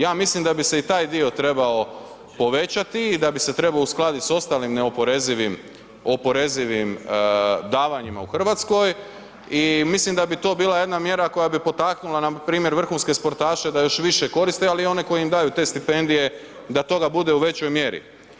Ja mislim da bi se i taj dio trebao povećati i da bi se trebao uskladiti s ostalim neoporezivim davanjima u Hrvatskoj i mislim da bi to bila jedna mjera koja bi potaknula npr. vrhunske sportaše da još više koriste, ali one koji im daju te stipendije da toga bude u većoj mjeri.